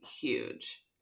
huge